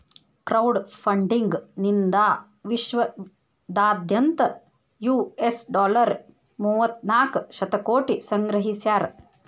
crowd funding ನಿಂದಾ ವಿಶ್ವದಾದ್ಯಂತ್ US dollar ಮೂವತ್ತನಾಕ ಶತಕೋಟಿ ಸಂಗ್ರಹಿಸ್ಯಾರ